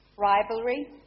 rivalry